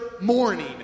morning